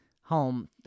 home